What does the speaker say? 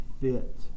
fit